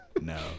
No